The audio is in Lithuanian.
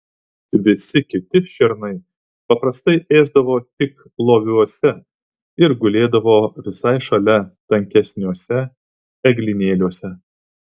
visi kiti šernai paprastai ėsdavo tik loviuose ir gulėdavo visai šalia tankesniuose eglynėliuose